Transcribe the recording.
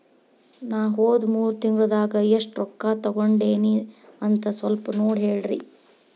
ನಾ ಹೋದ ಮೂರು ತಿಂಗಳದಾಗ ಎಷ್ಟು ರೊಕ್ಕಾ ತಕ್ಕೊಂಡೇನಿ ಅಂತ ಸಲ್ಪ ನೋಡ ಹೇಳ್ರಿ